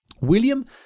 William